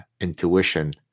intuition